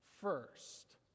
first